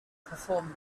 perform